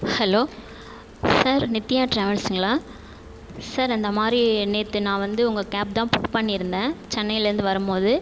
hello sir Nithya டிராவல்ஸுங்களா sir இந்தமாதிரி நேற்று நான் வந்து உங்கள் கேப் தான் புக் பண்ணியிருந்தேன் சென்னையிலேருந்து வரும்போது